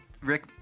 Rick